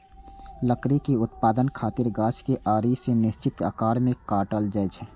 लकड़ी के उत्पादन खातिर गाछ कें आरी सं निश्चित आकार मे काटल जाइ छै